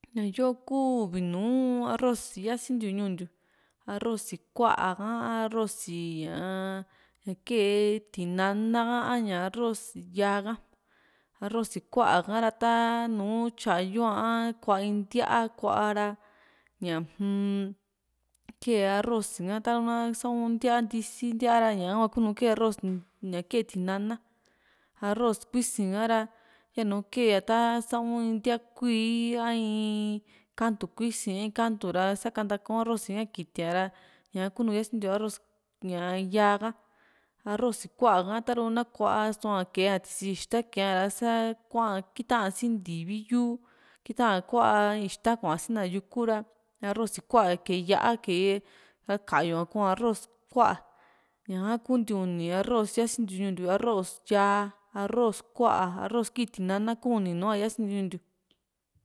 ña yoo kuu uvi nùù arroci siantintiu ñuu ntiu arroci ku´a ka a arroci ñaa kee tinana a ñaa arroci yaa ká arroci ku´a ka ra ta tanu tyayo´a a kuaa in ntíaa kuaa ra ñaa-m kee arrozka tana taku ntíaa ntisi ntíaa ra ñaka hua kunu kee arroz tinana arroz ku´si ka ra yanu kee ta sa´u in ntíaa kuíí a iin kantu ku´si a kantu ra sakantaka arroci ka kitiá ra ñaku nùù siasintiu arroz yaa ka arroci ku´a ha taru na kua´so a ke´a tisi ixta kee´a ra sa kuaa kita´n si ntivi yùù kitaa kuaa ixta kuaasi na yuku ra arroci ku´a kee yá´a kee ra ká´yua kee arrtoz ku´a ña´ha kuu nti uni arroz siasintiu ñuu ntiu arroz yaa arroz kuá arroz ki tenina hua yasintiu ñuu ntiu